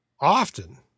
often –